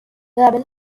gravel